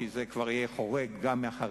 כי זה כבר יהיה חורג גם מהחריגה,